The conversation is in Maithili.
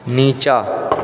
निचाँ